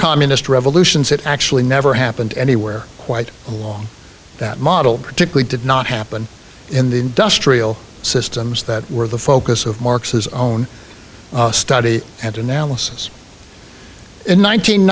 communist revolutions it actually never happened anywhere quite along that model particularly did not happen in the industrial systems that were the focus of marx's own study and analysis in